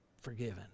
Forgiven